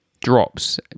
drops